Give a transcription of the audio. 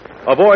Avoid